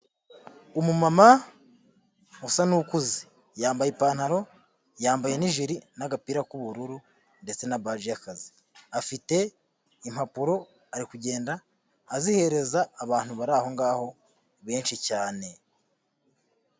Umumama usa n'ukuze yambaye ipantaro yambaye n'ijiri n'agapira k'ubururu ndetse na baji y'akazi, afite impapuro ariku kugenda azihereza abantu bari aho ngaho benshi cyane.